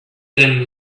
them